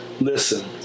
listen